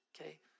okay